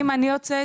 אם אני יוצאת